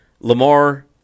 Lamar